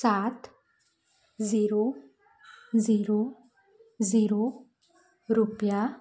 सात zero zero zero रुपया